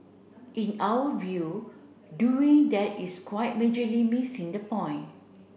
in our view doing that is quite majorly missing the point